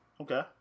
Okay